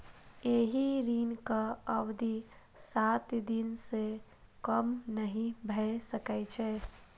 एहि ऋणक अवधि सात दिन सं कम नहि भए सकै छै